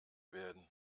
werden